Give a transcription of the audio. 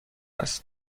است